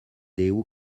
deu